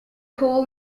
coal